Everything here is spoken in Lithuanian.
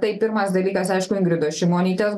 tai pirmas dalykas aišku ingridos šimonytės